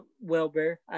Wilbur